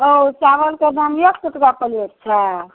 ओ चावलके दाम एक सओ टाका प्लेट छै